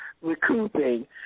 recouping